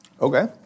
Okay